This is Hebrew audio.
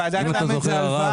ועדת ל' זה הלוואה,